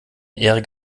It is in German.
erik